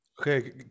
Okay